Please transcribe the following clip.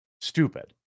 Stupid